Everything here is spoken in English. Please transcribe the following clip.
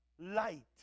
light